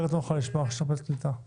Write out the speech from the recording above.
רשויות הניקוז פה